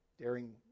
daring